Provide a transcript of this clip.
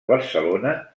barcelona